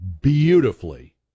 beautifully